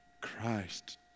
Christ